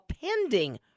pending